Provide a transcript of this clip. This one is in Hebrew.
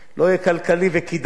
לא יהיה כלכלי וכדאי